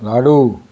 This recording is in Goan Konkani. लाडू